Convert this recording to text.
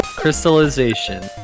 Crystallization